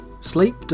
sleep